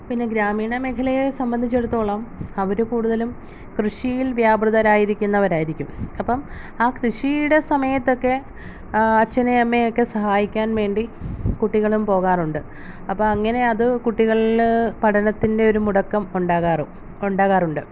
പിന്നെ ഗ്രാമീണ മേഖലയെ സംബന്ധിച്ചിടത്തോളം അവർ കൂടുതലും കൃഷിയിൽ വ്യാപൃതരായിരിക്കുന്നവരായിരിക്കും അപ്പം ആ കൃഷിയുടെ സമയത്തൊക്കെ അച്ഛനെയും അമ്മയെയൊക്കെ സഹായിക്കാൻ വേണ്ടി കുട്ടികളും പോകാറുണ്ട് അപ്പോൾ അങ്ങനെ അത് കുട്ടികളിൽ പഠനത്തിൻറ്റെ ഒരു മുടക്കം ഉണ്ടാകാറ് ഉണ്ടാകാറുണ്ട്